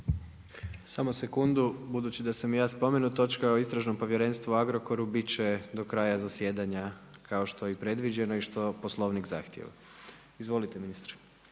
Samo sekundu. Budući da sam i ja spomenut, točka o Istražnom povjerenstvu o Agrokoru bit će do kraja zasjedanja kao što je i predviđeno i što Poslovnik zahtjeva. Izvolite ministre.